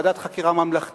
ועדת חקירה ממלכתית